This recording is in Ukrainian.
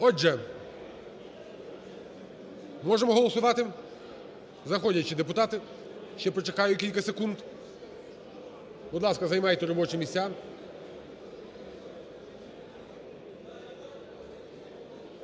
Отже, можемо голосувати? Заходять ще депутати. Ще почекаю кілька секунд. Будь ласка, займайте робочі місця.